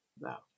Now